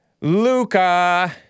Luca